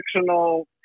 fictional